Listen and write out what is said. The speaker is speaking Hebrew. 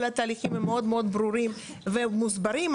התהליכים הם מאוד מאוד ברורים ומוסברים.